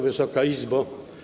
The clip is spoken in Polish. Wysoka Izbo!